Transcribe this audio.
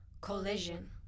COLLISION